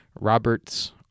Roberts